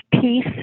peace